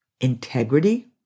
integrity